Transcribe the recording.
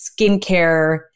skincare